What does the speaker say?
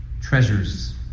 treasures